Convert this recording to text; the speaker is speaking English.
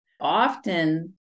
Often